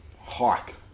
Hike